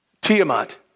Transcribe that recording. Tiamat